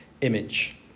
image